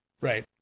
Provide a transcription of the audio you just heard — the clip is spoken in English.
right